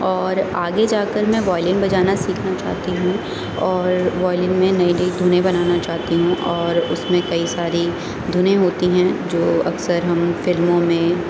اور آگے جا کر میں وائلین بجانا سیکھنا چاہتی ہوں اور وائلین میں نئی نئی دھنیں بنانا چاہتی ہوں اور اس میں کئی ساری دھنیں ہوتی ہیں جو اکثر ہم فلموں میں